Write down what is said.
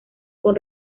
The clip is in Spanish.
con